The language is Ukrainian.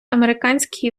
американський